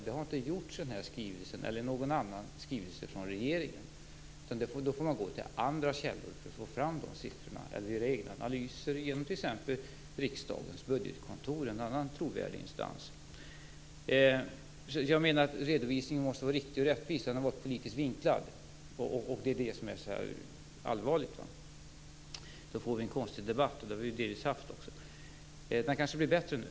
Det har inte gjorts i den här skrivelsen eller i någon annan skrivelse från regeringen. Man får gå till andra källor för att få fram de siffrorna eller göra egna analyser genom t.ex. riksdagens budgetkontor, en annan trovärdig instans. Jag menar att redovisningen måste vara riktig och rättvis. Den har varit politiskt vinklad. Det är det som är allvarligt. Då får vi en konstig debatt, och det har vi delvis haft också. Den kanske blir bättre nu.